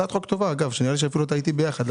הצעת חוק טובה, שנראה לי שאתה איתי ביחד.